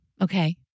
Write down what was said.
Okay